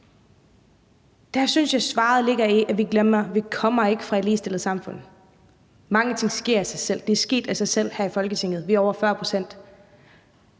Der synes jeg svaret ligger i, at vi glemmer, at vi ikke kommer fra et ligestillet samfund. Mange ting sker af sig selv; det er sket af sig selv her i Folketinget – vi er over 40 pct.